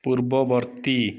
ପୂର୍ବବର୍ତ୍ତୀ